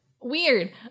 weird